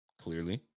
clearly